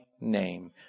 name